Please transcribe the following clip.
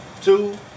Two